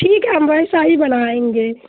ٹھیک ہے ہم ویسا ہی بنائیں گے